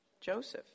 Joseph